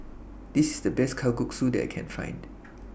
This IS The Best Kalguksu that I Can Find